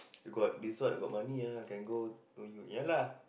you got this what got money ah can go no you ya lah